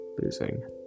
losing